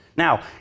Now